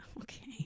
Okay